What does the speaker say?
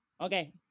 okay